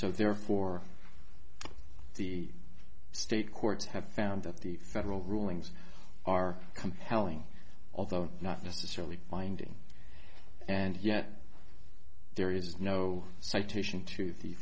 so therefore the state courts have found that the federal rulings are compelling although not necessarily finding and yet there is no